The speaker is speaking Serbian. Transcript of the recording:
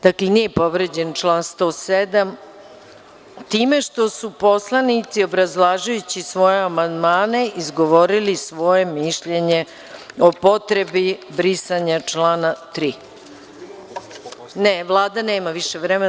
Dakle nije povređen član 107. time što su poslanici, obrazlažući svoje amandmane, izgovorili svoje mišljenje o potrebi brisanja člana 3. Vlada više nema vremena.